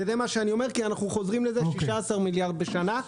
אנחנו חוזרים לזה 16 מיליארד בשנה,